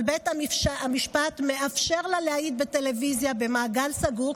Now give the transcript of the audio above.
אבל בית המשפט מאפשר לה להעיד בטלוויזיה במעגל סגור,